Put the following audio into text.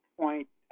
point